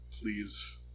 Please